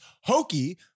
hokey